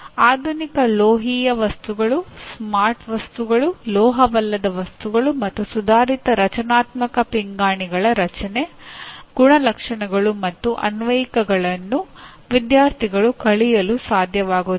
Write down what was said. ಆಧುನಿಕ ಲೋಹೀಯ ವಸ್ತುಗಳು ಸ್ಮಾರ್ಟ್ ವಸ್ತುಗಳು ಲೋಹವಲ್ಲದ ವಸ್ತುಗಳು ಮತ್ತು ಸುಧಾರಿತ ರಚನಾತ್ಮಕ ಪಿಂಗಾಣಿಗಳ ರಚನೆ ಗುಣಲಕ್ಷಣಗಳು ಮತ್ತು ಅನ್ವಯಿಕೆಗಳನ್ನು ವಿದ್ಯಾರ್ಥಿಗಳು ಕಲಿಯಲು ಸಾಧ್ಯವಾಗುತ್ತದೆ